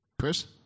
Chris